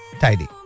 Tidy